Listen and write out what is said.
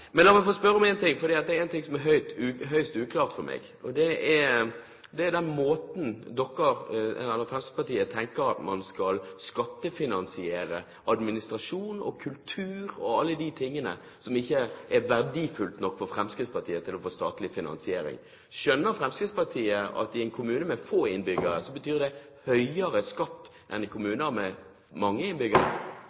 den måten Fremskrittspartiet tenker at man skal skattefinansiere administrasjon og kultur og alle de tingene som ikke er verdifulle nok for Fremskrittspartiet til å få statlig finansiering, på. Skjønner Fremskrittspartiet at i en kommune med få innbyggere betyr det høyere skatt enn i